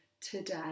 today